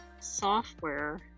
software